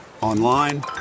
online